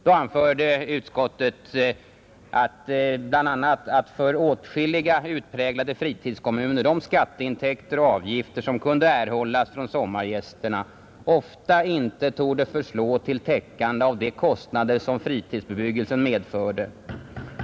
Då anförde bevillningsutskottet bl.a. att ”för åtskilliga utpräglade fritidskommuner de skatteintäkter och avgifter som kan erhållas från sommargästerna ofta inte torde förslå till täckande av de kostnader som fritidsbebyggelsen medför.